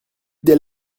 des